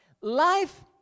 life